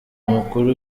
umukuru